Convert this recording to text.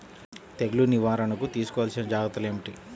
తెగులు నివారణకు తీసుకోవలసిన జాగ్రత్తలు ఏమిటీ?